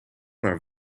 maar